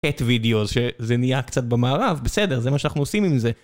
Cat videos, שזה נהיה קצת במערב, בסדר, זה מה שאנחנו עושים עם זה.